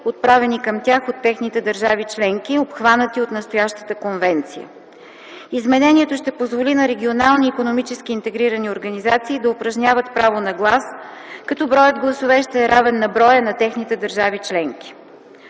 отправени към тях от техните държави членки, обхванати от настоящата Конвенция. Изменението ще позволи на регионални икономически интегрирани организации да упражняват право на глас, като броят гласове ще е равен на броя на техните държави членки.